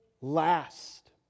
last